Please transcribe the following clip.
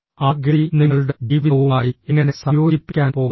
ആ ഗതി നിങ്ങളുടെ ജീവിതവുമായി എങ്ങനെ സംയോജിപ്പിക്കാൻ പോകുന്നു